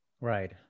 Right